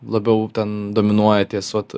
labiau ten dominuoja ties vat